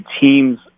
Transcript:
teams